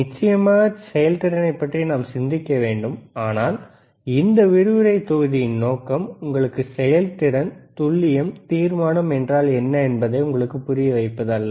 நிச்சயமாக செயல்திறனைப் பற்றி நாம் சிந்திக்க வேண்டும் ஆனால் இந்த விரிவுரை தொகுதியின் நோக்கம் உங்களுக்கு செயல்திறன் துல்லியம் தீர்மானம் என்றால் என்ன என்பதை உங்களுக்குப் புரிய வைப்பது அல்ல